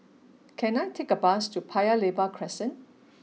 can I take a bus to Paya Lebar Crescent